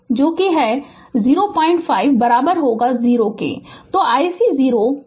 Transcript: तो ic 0 है 05 ampere